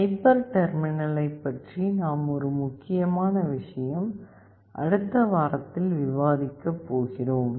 hyper டெர்மினலைப் பற்றி நாம் ஒரு முக்கியமான விஷயம் அடுத்த வாரத்தில் விவாதிக்கப் போகிறோம்